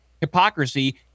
hypocrisy